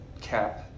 cap